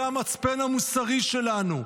זה המצפן המוסרי שלנו.